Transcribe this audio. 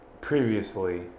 Previously